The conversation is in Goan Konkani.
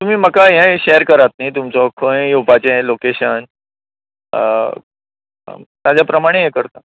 तुमी म्हाका हें शेर करात नी तुमचो खंय येवपाचें लोकेशन ताजें प्रमाणे हें करता